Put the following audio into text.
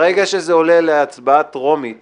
עולה להצבעה בקריאה טרומית